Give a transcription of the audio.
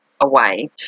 away